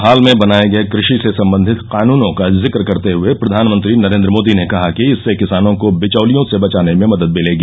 हाल में बनाए गए कृषि से संबंधित कानूनों का जिक्र करते हए प्रधानमंत्री नरेन्द्र मोदी ने कहा कि इससे किसानों को बिचौलियों से बचाने में मदद मिलेगी